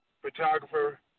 photographer